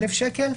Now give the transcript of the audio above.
1,000 שקל?